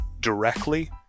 directly